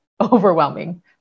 overwhelming